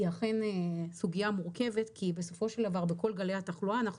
היא אכן סוגיה מורכבת כי בסופו של דבר בכל גלי התחלואה אנחנו